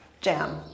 Jam